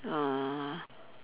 uh